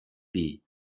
бий